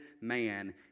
man